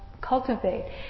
cultivate